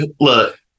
look